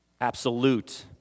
Absolute